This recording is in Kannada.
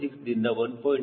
6 ದಿಂದ 1